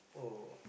oh